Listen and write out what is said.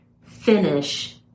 finish